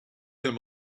him